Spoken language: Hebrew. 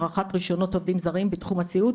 הארכת רשיונות עובדים זרים בתחום הסיעוד,